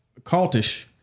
cultish